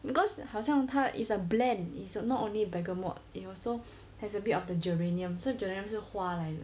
because 好像他 is a blend is not only bergamot it also has a bit of the geranium so geranium 是花来的